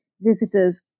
visitors